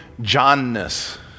Johnness